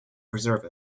preserve